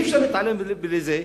אי-אפשר להתעלם מזה,